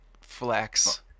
flex